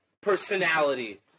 personality